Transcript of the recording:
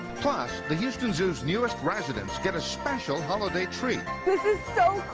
the houston zoo's newest residents get a special holiday treat. this is